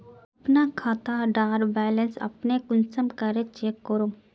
अपना खाता डार बैलेंस अपने कुंसम करे चेक करूम?